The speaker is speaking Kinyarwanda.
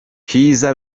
kizza